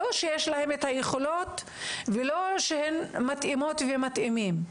לא שיש להם היכולות ולא שהם מתאימות ומתאימים.